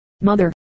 Mother